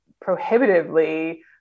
prohibitively